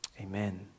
Amen